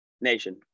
nation